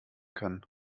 können